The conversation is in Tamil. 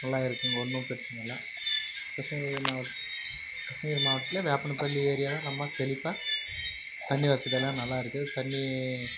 நல்லா இருக்குதுங்க ஒன்றும் பிரச்சினை இல்லை கிருஷ்ணகிரி மாவட்ட கிருஷ்ணகிரி மாவட்டத்தில் வேப்பன பள்ளி ஏரியாவில் ரொம்ப செழிப்பா தண்ணி வசதி எல்லாம் நல்லா இருக்குது தண்ணி